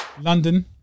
London